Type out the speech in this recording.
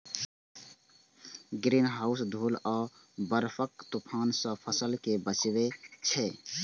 greenhouse धूल आ बर्फक तूफान सं फसल कें बचबै छै